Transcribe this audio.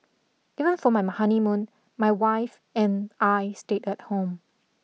even for my honeymoon my wife and I stayed at home